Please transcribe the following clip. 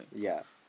yea